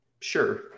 Sure